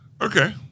Okay